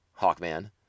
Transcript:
Hawkman